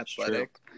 athletic